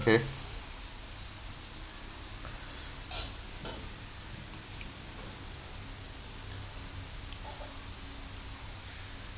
okay